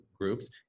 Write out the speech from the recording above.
groups